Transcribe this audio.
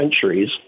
centuries